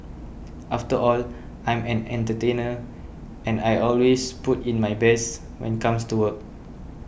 after all I'm an entertainer and I always put in my best when comes to work